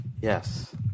Yes